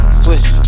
switch